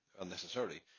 unnecessarily